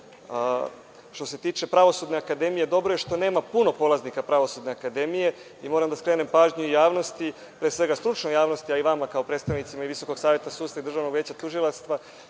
se tiče Pravosudne akademije, dobro je što nema puno polaznika Pravosudne akademije i moram da skrenem pažnju javnosti, pre svega stručnoj javnosti, a i vama kao predstavnicima VSS i Državnog veća tužilaštva,